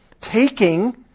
taking